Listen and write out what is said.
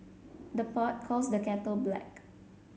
the pot calls the kettle black